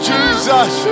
Jesus